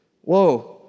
Whoa